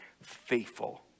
faithful